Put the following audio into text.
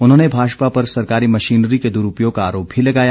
उन्होंने भाजपा पर सरकारी मशीनरी के दुरूपयोग का आरोप भी लगाया